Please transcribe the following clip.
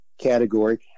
category